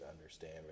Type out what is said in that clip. understand